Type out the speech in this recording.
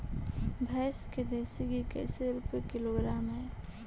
भैंस के देसी घी कैसे रूपये किलोग्राम हई?